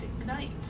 ignite